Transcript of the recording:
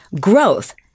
growth